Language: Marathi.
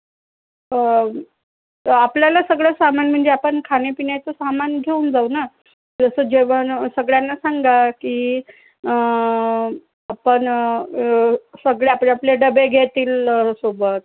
आपल्याला सगळं सामान म्हणजे आपण खाण्यापिण्याचं सामान घेऊन जाऊ ना जसं जेवण सगळ्यांना सांगा की आपण सगळे आपले आपले डबे घेतील सोबत